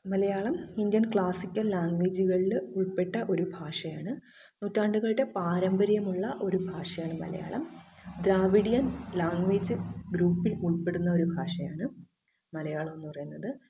Malayalam Indian classical ലാംഗ്വേജുകളിൽ ഉൾപ്പെട്ട ഒരു ഭാഷയാണ് നൂറ്റാണ്ടുകളുടെ പാരമ്പര്യമുള്ള ഒരു ഭാഷയാണ് മലയാളം ദ്രാവിഡിയൻ ലാംഗ്വേജ് ഗ്രൂപ്പിൽ ഉൾപ്പെടുന്ന ഒരു ഭാഷയാണ് മലയാളം എന്ന് പറയുന്നത്